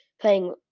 playing